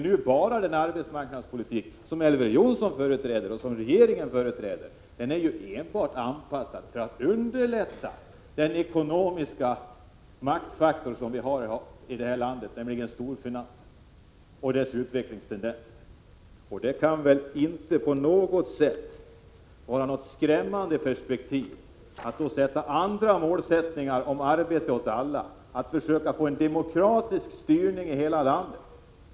Men den arbetsmarknadspolitik som Elver Jonsson och regeringen företräder är ju enbart anpassad för att underlätta för den ekonomiska maktfaktor som vi har här i landet, nämligen storfinansen, och dess utvecklingstendenser. Då kan det väl inte vara något skrämmande perspektiv att ställa upp andra mål: arbete åt alla och en demokratisk styrning i hela landet.